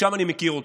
משם אני מכיר אותו.